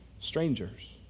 strangers